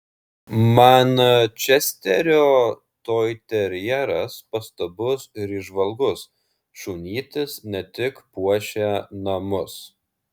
mančesterio toiterjeras pastabus ir įžvalgus šunytis ne tik puošia namus